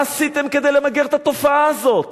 מה עשיתם כדי למגר את התופעה הזאת?